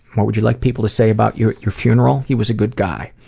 what would you like people to say about you at your funeral? he was a good guy.